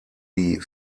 die